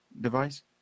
device